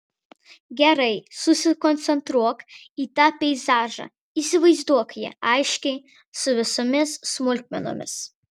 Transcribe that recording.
gerai susikoncentruok į tą peizažą įsivaizduok jį aiškiai su visomis smulkmenomis